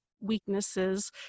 weaknesses